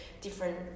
different